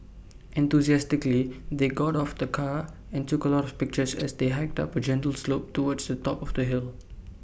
enthusiastically they got of the car and took A lot of pictures as they hiked up A gentle slope towards the top of the hill